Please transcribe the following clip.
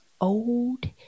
old